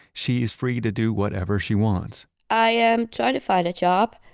she is free to do whatever she wants i am trying to find a job.